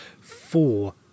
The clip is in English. four